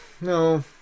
No